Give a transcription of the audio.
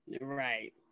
Right